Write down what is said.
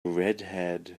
redhaired